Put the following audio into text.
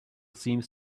seems